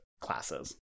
classes